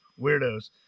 weirdos